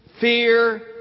fear